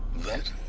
that.